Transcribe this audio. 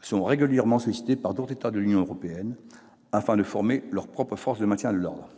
sont régulièrement sollicités par d'autres États de l'Union européenne afin de former leurs propres forces de maintien de l'ordre.